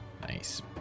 Nice